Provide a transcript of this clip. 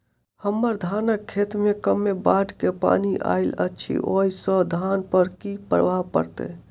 हम्मर धानक खेत मे कमे बाढ़ केँ पानि आइल अछि, ओय सँ धान पर की प्रभाव पड़तै?